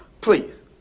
Please